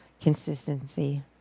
consistency